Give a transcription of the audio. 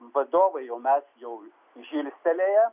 vadovai jau mes jau žilstelėję